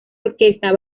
orquesta